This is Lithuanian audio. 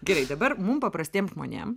gerai dabar mum paprastiem žmonėm